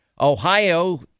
Ohio